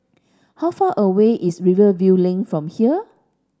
how far away is Rivervale Lane from here